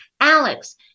Alex